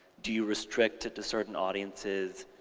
do you restrict it to certain audiences?